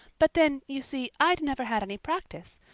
but then, you see, i'd never had any practice.